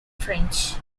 french